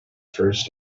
first